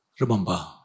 remember